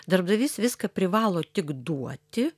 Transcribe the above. darbdavys viską privalo tik duoti